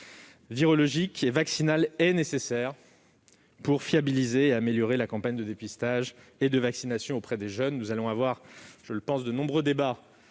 virologiques et vaccinales est nécessaire pour fiabiliser et améliorer la campagne de dépistage et de vaccination auprès des jeunes. Nous aurons sans doute de nombreux débats